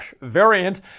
variant